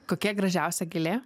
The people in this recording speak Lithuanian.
kokia gražiausia gėlė